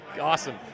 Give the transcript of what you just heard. Awesome